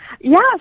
Yes